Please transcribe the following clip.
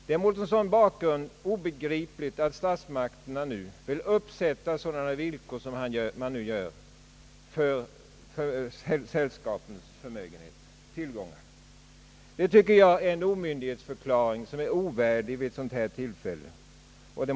Det är mot en sådan bakgrund obegripligt att statsmakterna nu vill uppsätta sådana villkor som man nu gör för sällskapens förmögenheter och tillgångar. Jag tycker det är en omyndighetsförklaring, som är ovärdig staten.